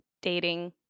dating